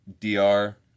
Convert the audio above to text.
DR